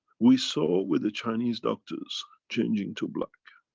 we saw with the chinese doctors changing to black.